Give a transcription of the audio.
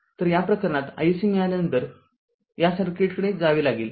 तर या प्रकरणात विद्युतधारा iSC मिळाल्यानंतर या सर्किटकडे जावे लागेल